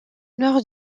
nord